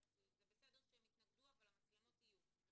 זה בסדר שהם יתנגדו, אבל המצלמות יהיו,